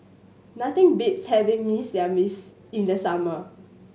nothing beats having Mee Siam in the summer